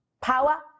power